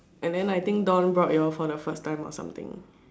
and then I think Don brought you all for the first time or something